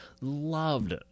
loved